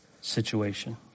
situation